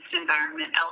environment